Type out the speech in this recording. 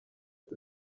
the